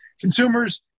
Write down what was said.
consumers